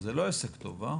אז זה לא עסק טוב אה?